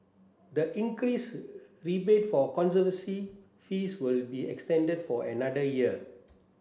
the increased rebate for conservancy fees will be extended for another year